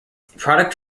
product